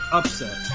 upset